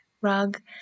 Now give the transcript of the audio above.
rug